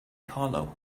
hollow